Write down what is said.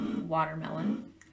watermelon